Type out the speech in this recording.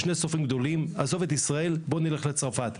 עזוב את ישראל, בוא נלך לצרפת.